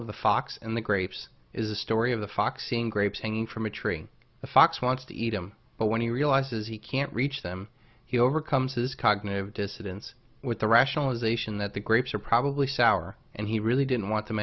of the fox and the grapes is the story of the fox seeing grapes hanging from a tree the fox wants to eat him but when he realizes he can't reach them he overcomes his cognitive dissidence with the rationalization that the grapes are probably sour and he really didn't want them